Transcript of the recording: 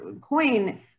coin